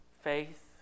faith